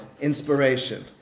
inspiration